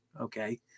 okay